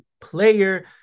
player